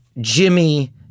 Jimmy